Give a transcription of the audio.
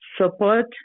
Support